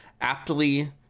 aptly